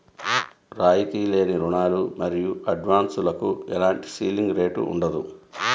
రాయితీ లేని రుణాలు మరియు అడ్వాన్సులకు ఎలాంటి సీలింగ్ రేటు ఉండదు